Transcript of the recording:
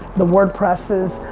the wordpresses.